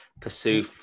pursue